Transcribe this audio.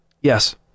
Yes